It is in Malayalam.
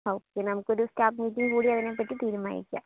ആ ഓ പിന്നെ നമുക്കൊരു സ്റ്റാഫ് മീറ്റിംഗ് കൂടി അതിനെപ്പറ്റി തീരുമാനിക്കാം